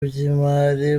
by’imari